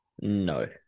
No